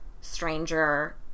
stranger